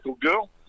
girl